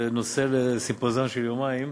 זה נושא לסימפוזיון של יומיים,